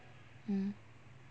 mmhmm